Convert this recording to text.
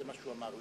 זה מה שהוא אמר.